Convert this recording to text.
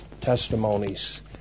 testimonies